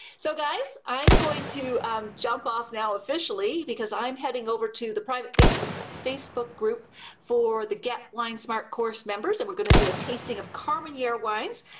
so guys i'm going to jump off now officially because i'm heading over to the private facebook facebook group for the get wine smart course members and we're going to do a tasting of carmenere wines.